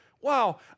wow